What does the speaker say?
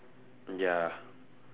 ya